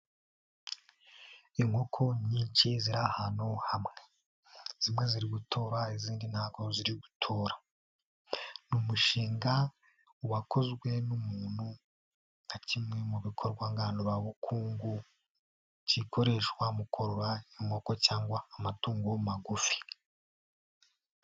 Inkoko nyinshi ziri ahantu hamwe, zimwe ziri gutora izindi ntago ziri gutora, ni umushinga wakozwe n'umuntu nka kimwe mu bikorwa ngandurabukungu gikoreshwa mu korora inkoko cyangwa amatungo magufi.